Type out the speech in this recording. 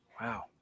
Wow